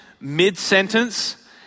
mid-sentence